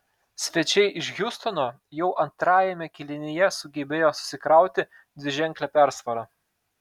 svečiai iš hjustono jau antrajame kėlinyje sugebėjo susikrauti dviženklę persvarą